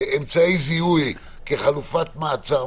אמצעי זיהוי כחלופת מעצר,